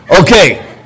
Okay